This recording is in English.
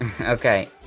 okay